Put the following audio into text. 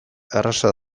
erraza